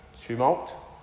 tumult